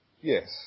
Yes